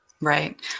Right